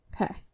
Okay